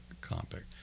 compact